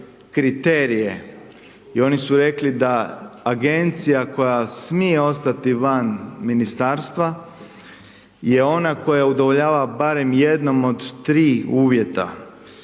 kriterije i oni su rekli da agencija koja smije ostati van ministarstva je ona koja udovoljava barem jednom od tri uvjeta.